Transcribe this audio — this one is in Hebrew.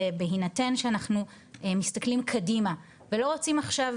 בהינתן שאנחנו מסתכלים קדימה ולא רוצים עכשיו,